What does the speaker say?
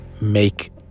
make